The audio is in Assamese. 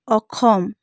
অসম